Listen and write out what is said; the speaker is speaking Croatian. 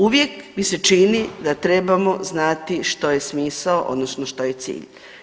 Uvijek mi se čini da trebamo znati što je smisao, odnosno što je cilj.